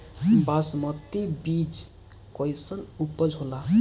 बासमती बीज कईसन उपज होला?